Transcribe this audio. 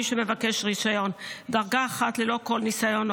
מי שמבקש רישיון דרגה 1 ללא כל ניסיון או